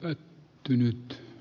pettynyt